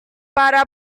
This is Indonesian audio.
para